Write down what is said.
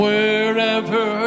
Wherever